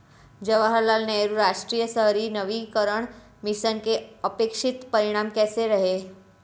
जवाहरलाल नेहरू राष्ट्रीय शहरी नवीकरण मिशन के अपेक्षित परिणाम कैसे रहे?